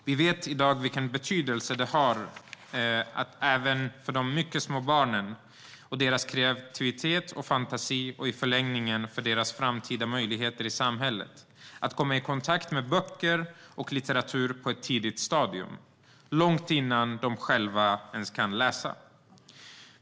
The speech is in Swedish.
Vi vet i dag vilken betydelse det har även för de mycket små barnen och deras kreativitet och fantasi och i förlängningen för deras framtida möjligheter i samhället att de kommer i kontakt med böcker och litteratur på ett tidigt stadium, långt innan de själva ens kan läsa.